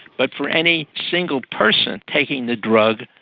but for any single person taking the drug,